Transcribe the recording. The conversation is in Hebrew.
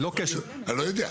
אני לא יודע.